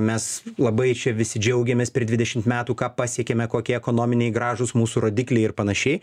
mes labai čia visi džiaugiamės per dvidešim metų ką pasiekėme kokie ekonominiai gražūs mūsų rodikliai ir panašiai